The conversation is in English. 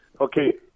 Okay